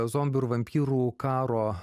zombių ir vampyrų karo